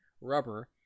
rubber